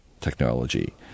technology